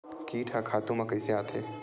कीट ह खातु म कइसे आथे?